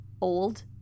old